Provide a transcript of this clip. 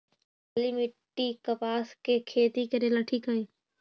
काली मिट्टी, कपास के खेती करेला ठिक हइ?